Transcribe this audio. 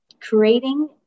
creating